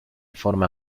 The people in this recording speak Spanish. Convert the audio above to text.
forma